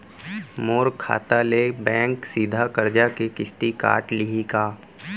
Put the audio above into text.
मोर खाता ले बैंक सीधा करजा के किस्ती काट लिही का?